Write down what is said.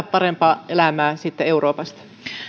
parempaa elämää euroopasta